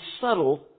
subtle